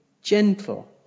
gentle